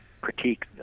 critique